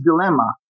dilemma